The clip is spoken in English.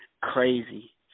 crazy